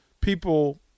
people